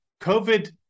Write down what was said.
COVID